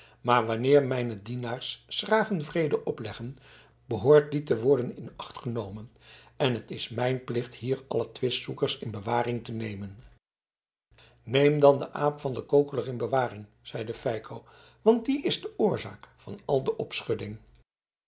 maar wanneer mijne dienaars s graven vrede opleggen behoort die te worden in acht genomen en het is mijn plicht hier alle twistzoekers in bewaring te nemen neem dan den aap van den kokeler in bewaring zeide feiko want die is de oorzaak van al de